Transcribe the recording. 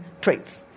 traits